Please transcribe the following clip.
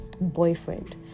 boyfriend